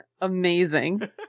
amazing